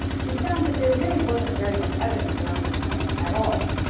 we found that there really wasn't very much evidence around these points at all,